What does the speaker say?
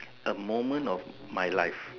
the moment of my life